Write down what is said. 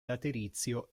laterizio